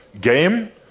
Game